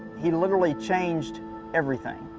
he'd literally changed everything.